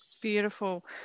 Beautiful